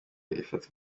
ifatwa